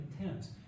intense